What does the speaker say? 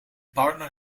partner